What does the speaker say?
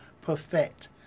perfect